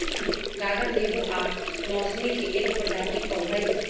गागर नेबो आ मौसमिके एगो प्रजाति फल हइ